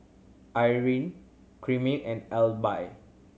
Irven Chimere and Elby